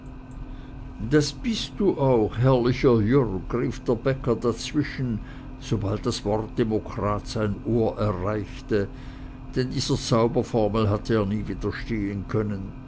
das bist du auch herrlicher jürg rief der bäcker dazwischen sobald das wort demokrat sein ohr erreichte denn dieser zauberformel hatte er nie widerstehen können